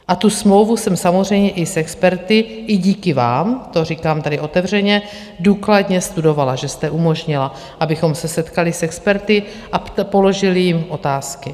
A tu smlouvu jsem samozřejmě i s experty, i díky vám, to říkám tady otevřeně, důkladně studovala, že jste umožnila, abychom se setkali s experty a položili jim otázky.